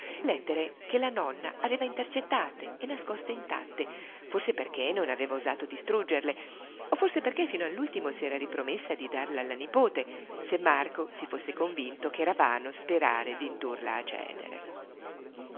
lettere che la nonna aveva intercettate e nascoste intatte forse perché non aveva osato distruggerle o forse perché fino all'ultimo s'era ripromessa di darle alla nipote se marco si fosse convinto ch'era vano sperare d'indurla a cedere